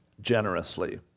generously